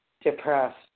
depressed